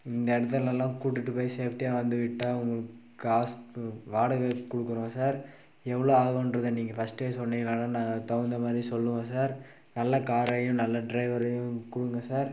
இந்த இடத்துலலாம் கூட்டுட்டு போயி சேஃப்டியாக வந்து விட்டால் உங்களுக்கு காசு பு வாடகை கொடுக்கறோம் சார் எவ்வளோ ஆகுன்றதை நீங்கள் ஃபர்ஸ்டே சொன்னீங்கன்னால் தான் நாங்கள் அதுக்கு தகுந்த மாதிரி சொல்லுவேன் சார் நல்ல காரையும் நல்ல டிரைவரையும் கொடுங்க சார்